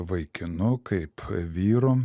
vaikinu kaip vyru